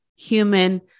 human